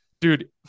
Dude